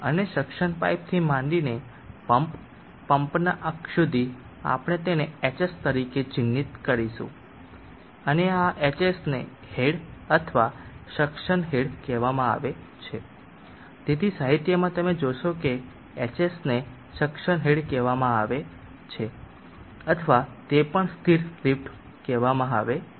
અને સક્શન પાઇપથી માંડીને પંપ પંપના અક્ષ સુધી આપણે તેને hs તરીકે ચિહ્નિત કરીશું અને આ hs ને હેડ અથવા સક્શન હેડ કહેવામાં આવે છે તેથી સાહિત્યમાં તમે જોશો કે hs ને સક્શન હેડ કહેવામાં આવે છે અથવા તે પણ સ્થિર લિફ્ટ કહેવામાં આવે છે